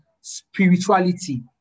spirituality